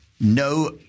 no